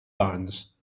bands